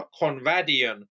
Conradian